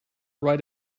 write